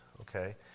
Okay